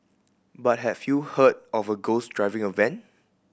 but have you heard of a ghost driving a van